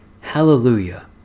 Hallelujah